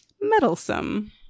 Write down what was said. meddlesome